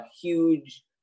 huge